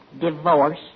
Divorce